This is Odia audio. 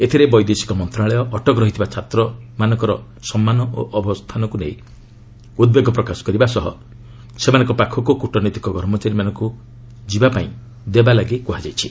ଏଥିରେ ବୈଦେଶିକ ମନ୍ତ୍ରଣାଳୟ ଅଟକ ରହିଥିବା ଛାତ୍ରମାନଙ୍କର ସମ୍ମାନ ଓ ଅବସ୍ଥାନକ୍ର ନେଇ ଉଦ୍ବେଗ ପ୍ରକାଶ କରିବା ସହ ସେମାନଙ୍କ ପାଖକୁ କୂଟନୈତିକ କର୍ମଚାରୀମାନଙ୍କୁ ଯିବାକୁ ଦେବା ପାଇଁ କୁହାଯାଇଛି